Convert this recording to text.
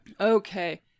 Okay